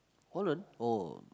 Holland oh